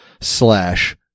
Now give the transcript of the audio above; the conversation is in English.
slash